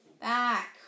back